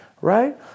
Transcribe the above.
right